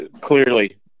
clearly